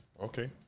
Okay